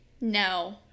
no